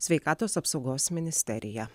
sveikatos apsaugos ministeriją